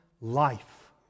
life